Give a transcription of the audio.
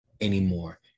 anymore